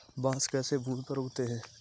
बांस कैसे भूमि पर उगते हैं?